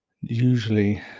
usually